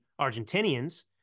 Argentinians